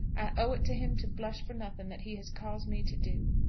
i owe it to him to blush for nothing that he has caused me to do.